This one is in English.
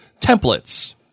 templates